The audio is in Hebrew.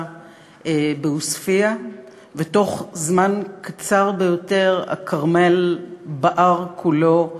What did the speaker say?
בעוספיא ותוך זמן קצר ביותר בער הכרמל כולו,